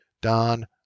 Don